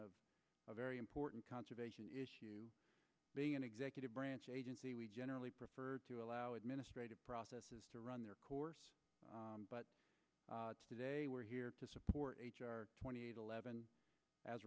of a very important conservation issue being an executive branch agency we generally prefer to allow administrative processes to run their course but today we're here to support twenty eight eleven as